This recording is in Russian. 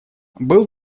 был